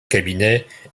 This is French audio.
cabinet